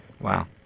wow